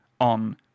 on